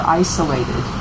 isolated